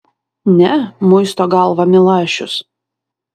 ne muisto galvą milašius